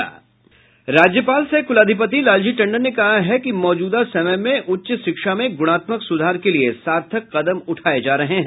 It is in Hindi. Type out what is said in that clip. राज्यपाल सह कुलाधिपति लालजी टंडन ने कहा है कि मौजूदा समय में उच्च शिक्षा में गुणात्मक सुधार के लिए सार्थक कदम उठाए जा रहे हैं